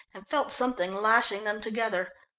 and felt something lashing them together.